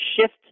shift